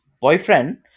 boyfriend